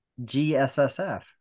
GSSF